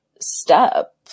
step